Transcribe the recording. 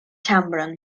ĉambron